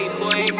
boy